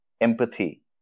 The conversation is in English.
empathy